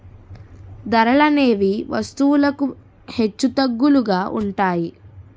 ధరలనేవి వస్తువులకు హెచ్చుతగ్గులుగా ఉంటాయి